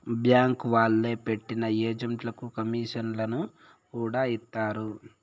bank వాళ్లే పెట్టిన ఏజెంట్లకు కమీషన్లను కూడా ఇత్తారు